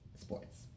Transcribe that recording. sports